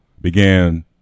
began